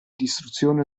distruzione